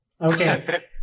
Okay